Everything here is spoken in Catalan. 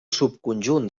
subconjunt